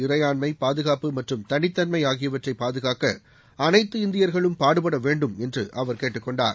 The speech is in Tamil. இறையாண்மை பாதுகாப்பு மற்றும் தனித்தன்மை ஆகியவற்றை பாதுகாக்க அனைத்து இந்தியர்களும் பாடுபட வேண்டும் என்று அவர் கேட்டுக்கொண்டார்